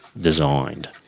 designed